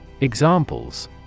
Examples